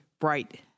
bright